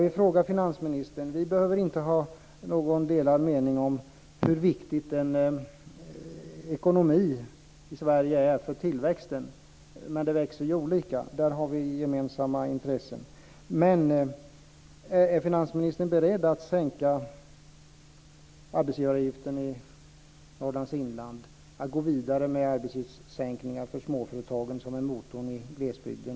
Vi behöver inte ha någon delad mening om hur viktig ekonomin är för tillväxten i Sverige, men det växer olika - och där har vi gemensamma intressen. Är finansministern beredd att sänka arbetsgivaravgiften i Norrlands inland och gå vidare med sänkningar av arbetsgivaravgiften för småföretagen - motorn i glesbygden?